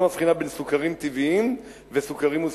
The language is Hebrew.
מבחינה בין סוכרים טבעיים וסוכרים אחרים.